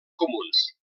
comuns